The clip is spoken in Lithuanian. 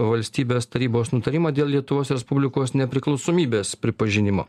valstybės tarybos nutarimą dėl lietuvos respublikos nepriklausomybės pripažinimo